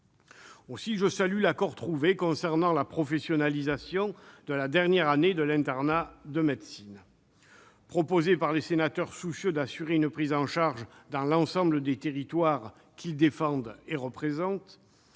Aussi, je salue l'accord trouvé concernant la professionnalisation de la dernière année de l'internat de médecine. Proposé par les sénateurs soucieux d'assurer une prise en charge dans l'ensemble des territoires qu'ils défendent et représentent,